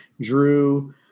drew